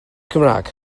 cymraeg